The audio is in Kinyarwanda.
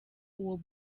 uwo